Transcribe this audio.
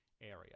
area